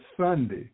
Sunday